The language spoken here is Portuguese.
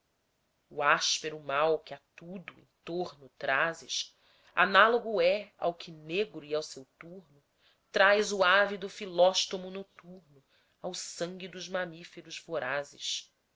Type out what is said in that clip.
o áspero mal que a tudo em torno trazes amálogo é ao que negro e a seu turno traz o ávido filóstomo noturno ao sangue dos mamíferos vorazes